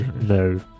no